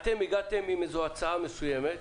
אתם הגעתם עם הצעה מסוימת.